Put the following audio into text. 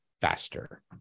faster